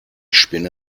spinne